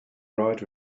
bright